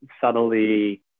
subtly